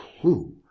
clue